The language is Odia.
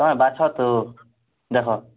ହଁ ବାଛ ତ ଦେଖ